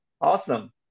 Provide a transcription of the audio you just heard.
Awesome